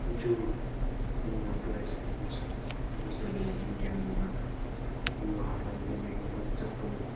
जुनमा पुऱ्याइसकेको छ यसैले विज्ञानले गर्दा युवाहरूलाई एकदमै रोमाञ्चक पनि